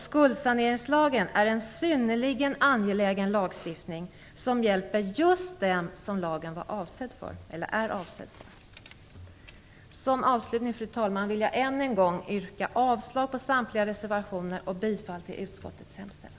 Skuldsaneringslagen är synnerligen angelägen. Den hjälper just de personer som lagen är avsedd för. Som avslutning, fru talman, vill jag än en gång yrka avslag på samtliga reservationer och bifall till utskottets hemställan.